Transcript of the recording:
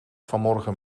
vanmorgen